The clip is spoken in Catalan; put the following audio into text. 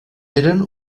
eren